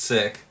Sick